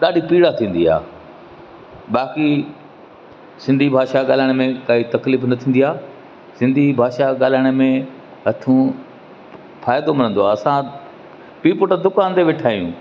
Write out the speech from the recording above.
ॾाढी पीड़ा थींदी आहे बाक़ी सिंधी भाषा ॻाल्हाइण में काई तकलीफ़ु न थींदी आहे सिंधी भाषा ॻाल्हाइण में हथूं फ़ाइदो मिलंदो आहे असां पीउ पुट दुकान ते वेठा आहियूं